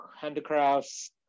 handicrafts